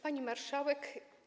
Pani Marszałek!